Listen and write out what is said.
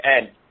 Ed